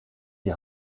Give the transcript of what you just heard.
die